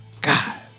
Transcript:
God